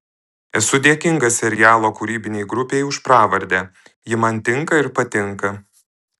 esu dėkingas serialo kūrybinei grupei už pravardę ji man tinka ir patinka